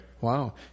Wow